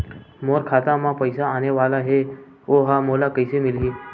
मोर खाता म पईसा आने वाला हे ओहा मोला कइसे मिलही?